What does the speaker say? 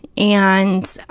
and